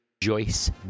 Joyce